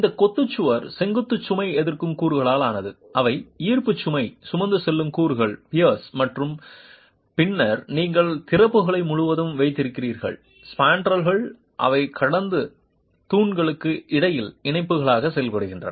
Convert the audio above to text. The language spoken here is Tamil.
இந்த கொத்து சுவர் செங்குத்து சுமை எதிர்க்கும் கூறுகளால் ஆனது அவை ஈர்ப்பு சுமை சுமந்து செல்லும் கூறுகள் பியர்ஸ் மற்றும் பின்னர் நீங்கள் திறப்புகளை முழுவதும் வைத்திருக்கிறீர்கள் ஸ்பாண்ட்ரல்கள் அவை கடந்து தூண்களுக்கு இடையில் இணைப்புகளாக செயல்படுகின்றன